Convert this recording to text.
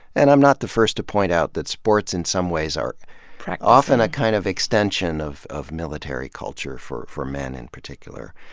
and i'm not the first to point out that sports in some ways are often a kind of extension of of military culture for for men in particular.